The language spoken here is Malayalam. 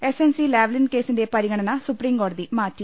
എസ്എൻസി ലാവ്ലിൻ കേസിന്റെ പരിഗണന സുപ്രീം കോടതി മാറ്റി